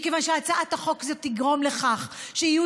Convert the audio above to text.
מכיוון שהצעת החוק הזאת תגרום לכך שיהיו